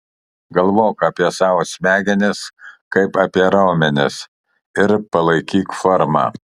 galvok apie savo smegenis kaip apie raumenis ir palaikyk formą